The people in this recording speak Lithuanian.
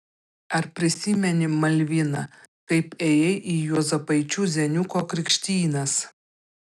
ar prisimeni malvina kaip ėjai į juozapaičių zeniuko krikštynas